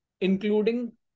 including